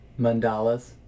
mandalas